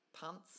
pants